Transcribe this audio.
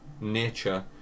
nature